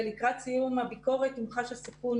ולקראת סיום הביקורת הומחש הסיכון